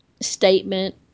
statement